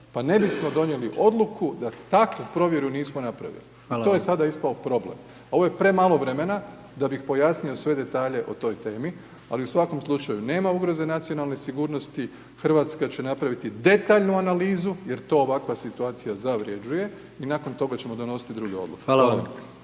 Pa ne bismo donijeli odluku da takvu provjeru nismo napravili. .../Upadica: Hvala vam./... To je sada ispao problem. Ovo je premalo vremena da bih pojasnio sve detalje o toj temi, ali u svakom slučaju nema ugroze nacionalne sigurnosti, Hrvatska će napraviti detaljnu analizu jer to ovakva situacija zavređuje i nakon toga ćemo donositi druge odluke.